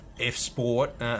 F-Sport